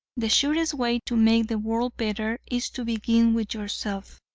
the surest way to make the world better is to begin with yourself.